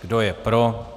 Kdo je pro?